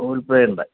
Google Pay ഉണ്ട്